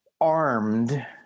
armed